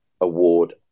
Award